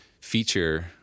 feature